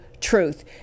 truth